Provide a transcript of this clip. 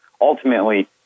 Ultimately